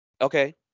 okay